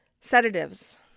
sedatives